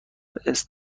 لاتیس